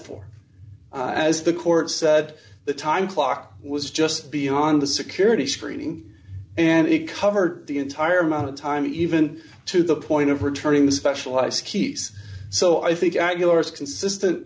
for as the court said the time clock was just beyond the security screening and it covered the entire amount of time even to the point of returning the specialized keys so i think